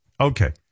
Okay